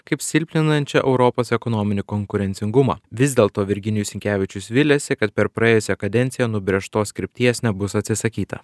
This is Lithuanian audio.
kaip silpninančią europos ekonominį konkurencingumą vis dėlto virginijus sinkevičius viliasi kad per praėjusią kadenciją nubrėžtos krypties nebus atsisakyta